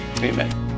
Amen